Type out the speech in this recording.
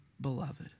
beloved